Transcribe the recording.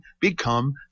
become